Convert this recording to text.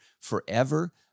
forever